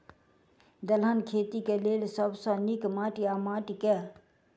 दलहन खेती केँ लेल सब सऽ नीक माटि वा माटि केँ?